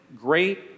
great